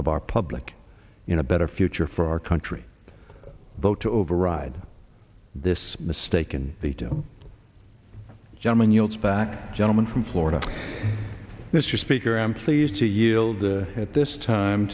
of our public in a better future for our country vote to override this mistaken they do jamming us back gentleman from florida mr speaker i'm pleased to yield at this time